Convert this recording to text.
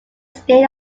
stayed